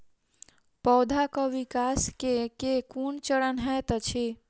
पौधाक विकास केँ केँ कुन चरण हएत अछि?